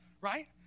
right